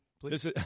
please